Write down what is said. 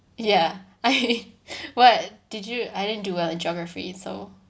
ya I what did you I didn't do well in geography so